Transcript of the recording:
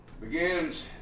begins